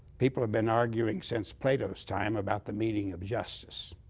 people have been arguing since plato's time about the meeting of justice.